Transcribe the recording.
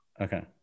okay